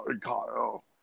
Kyle